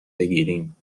بگیریم